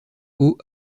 haut